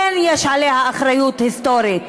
כן יש עליה אחריות היסטורית,